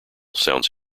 sounds